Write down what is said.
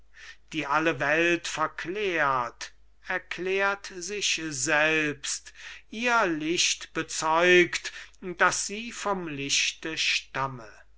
die alle welt verklärt erklärt sich selbst ihr licht bezeugt daß sie vom lichte stamme